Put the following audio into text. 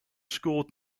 scored